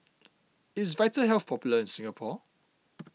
is Vitahealth popular in Singapore